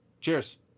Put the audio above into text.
Cheers